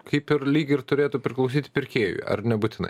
kaip ir lyg ir turėtų priklausyti pirkėjui ar nebūtinai